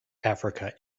africa